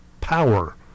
Power